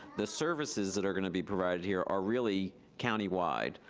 the services that are gonna be provided here are really county-wide,